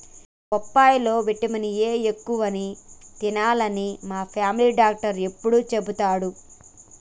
బొప్పాయి లో vitamin A ఎక్కువ అని తినాలే అని మా ఫామిలీ డాక్టర్ ఎప్పుడు చెపుతాడు